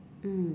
mm